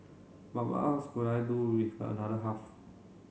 but what else could I do with the another half